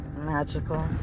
magical